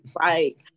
right